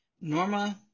Norma